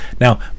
Now